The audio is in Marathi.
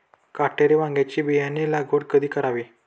काटेरी वांग्याची बियाणे लागवड कधी करावी?